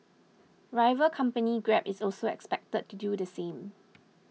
rival company Grab is also expected to do the same